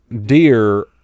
deer